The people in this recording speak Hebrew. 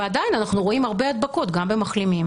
ועדיין אנחנו רואים הרבה הדבקות גם במחלימים,